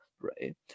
right